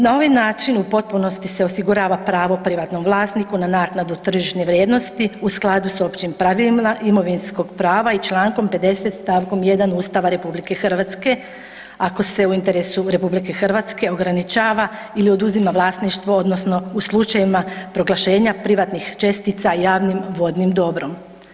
Na ovaj način u potpunosti se osigurava pravo privatnom vlasniku na naknadu tržišne vrijednosti u skladu s Općim pravilima imovinskog prava i čl. 50. st. 1. Ustava RH ako se u interesu RH ograničava ili oduzima vlasništvo odnosno u slučajevima proglašenja privatnih čestica javnim vodnim dobrom.